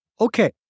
Okay